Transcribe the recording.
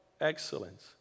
excellence